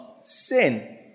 sin